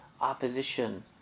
opposition